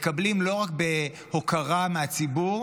מקבלים לא רק בהוקרה מהציבור,